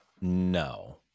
no